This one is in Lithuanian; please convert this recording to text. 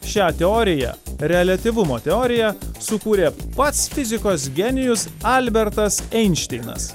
šią teoriją reliatyvumo teoriją sukūrė pats fizikos genijus albertas einšteinas